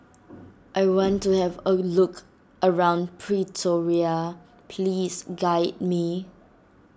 I want to have a look around Pretoria please guide me